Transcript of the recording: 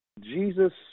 Jesus